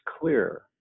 clear